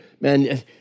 Man